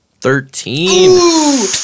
Thirteen